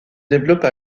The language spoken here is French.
développe